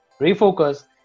refocus